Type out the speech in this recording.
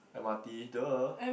m_r_t duh